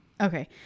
Okay